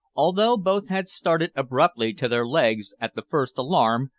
although both had started abruptly to their legs at the first alarm,